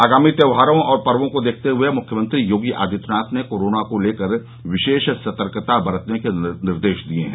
आगामी त्यौहारों और पर्वो को देखते हुए मुख्यमंत्री योगी आदित्यनाथ ने कोरोना को लेकर विशेष सतर्कता बरतने के निर्देश दिये है